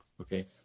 Okay